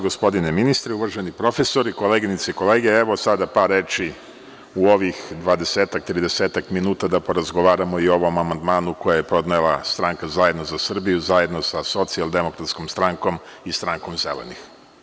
Gospodine ministre, uvaženi profesori, koleginice i kolege, evo sada par reči u ovih dvadesetak, tridesetak minuta da porazgovaramo i o ovom amandmanu, koji je podnela stranka Zajedno za Srbiju zajedno sa Socijaldemokratskom strankom i Strankom zelenih.